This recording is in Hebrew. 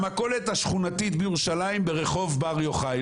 המכולת השכונתית בירושלים ברחוב בר יוחאי.